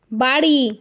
বাড়ি